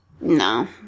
No